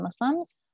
Muslims